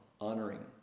honoring